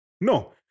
No